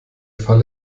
fall